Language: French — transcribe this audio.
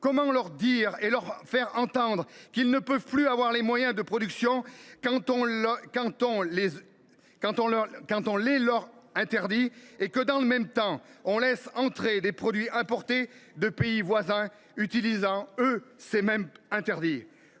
Comment leur dire qu’ils ne peuvent plus avoir les moyens de produire, car on les leur interdit, et que, dans le même temps, on laisse entrer des produits importés de pays voisins utilisant, eux, ces moyens interdits ?